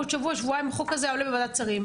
עוד שבוע-שבועיים החוק הזה היה עולה בוועדת שרים.